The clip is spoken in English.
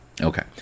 Okay